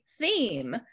theme